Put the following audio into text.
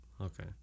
okay